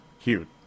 Cute